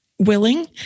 Willing